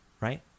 right